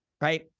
Right